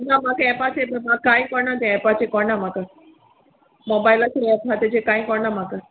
ना म्हाका एपाचें म्हाका कांय कोणा तें एपाचें कोणा म्हाका मोबायलाचेर एप आहा तेजेर कांय कोणा म्हाका